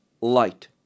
light